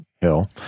hill